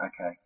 okay